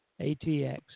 ATX